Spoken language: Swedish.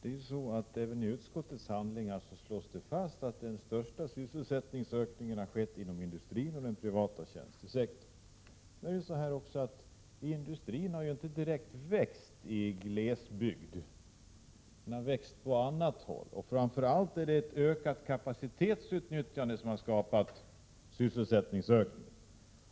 Herr talman! Även i utskottets handlingar slås fast att den största sysselsättningsökningen har skett inom industrin och den privata tjänstesektorn. Men industrin har inte direkt växt i glesbygd. Den har växt på annat håll. Framför allt är det ett ökat kapacitetsutnyttjande som har skapat sysselsättningsökningen.